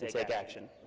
like action,